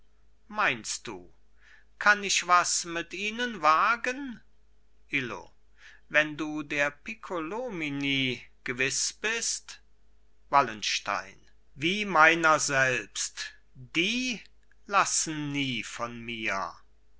meinst du kann ich was mit ihnen wagen illo wenn du der piccolomini gewiß bist wallenstein wie meiner selbst die lassen nie von mir